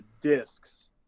discs